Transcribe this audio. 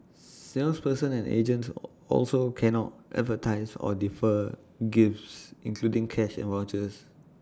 salespersons and agents also cannot advertise or differ gifts including cash and vouchers